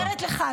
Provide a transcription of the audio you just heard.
אני אומרת לך,